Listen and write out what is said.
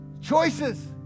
choices